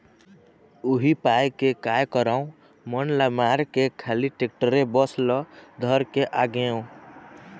उही पाय के काय करँव मन ल मारके खाली टेक्टरे बस ल धर के आगेंव